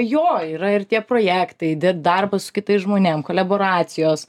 jo yra ir tie projektai di darbas su kitais žmonėm koleboracijos